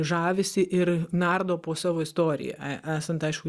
žavisi ir nardo po savo istoriją esant aišku